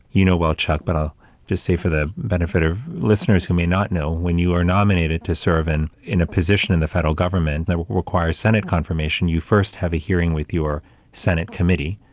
you know well, chuck, but i'll just for the benefit of listeners who may not know, when you are nominated to serve in in a position in the federal government that will require senate confirmation, you first have a hearing with your senate committee.